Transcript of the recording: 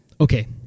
Okay